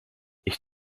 ich